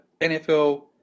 NFL